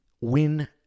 win